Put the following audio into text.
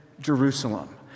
Jerusalem